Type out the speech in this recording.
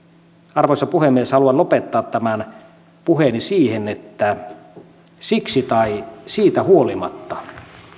arvoisa puhemies haluan lopettaa tämän puheeni siihen että siksi tai siitä huolimatta